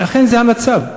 אכן זה המצב.